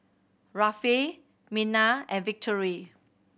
Rafe Mina and Victory